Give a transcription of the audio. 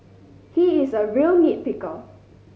he is a real nit picker